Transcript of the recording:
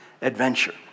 adventure